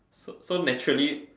so so naturally